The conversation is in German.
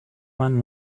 meinen